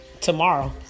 tomorrow